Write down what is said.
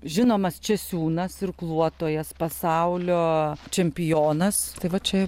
žinomas česiūnas irkluotojas pasaulio čempionas tai vat čia